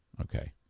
Okay